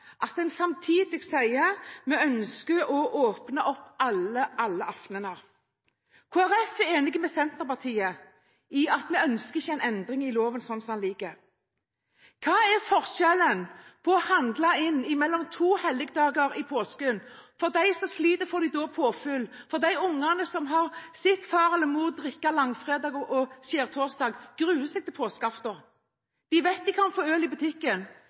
at en samtidig sier at vi ønsker å åpne opp for alle aftenene. Kristelig Folkeparti er enig med Senterpartiet i at en ikke ønsker en endring i loven, slik den ligger. Hva er forskjellen på dette og det å handle inn mellom to helligdager i påsken? De som sliter, får da påfyll, og de ungene som har sett far eller mor drikke skjærtorsdag og langfredag, gruer seg til påskeaften. De vet de kan få øl i butikken,